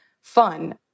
fun